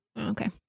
Okay